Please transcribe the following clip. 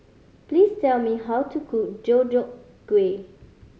please tell me how to cook Deodeok Gui